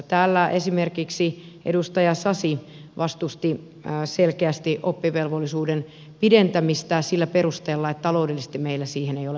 täällä esimerkiksi edustaja sasi vastusti selkeästi oppivelvollisuuden pidentämistä sillä perusteella että taloudellisesti meillä siihen ei ole varaa